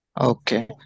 Okay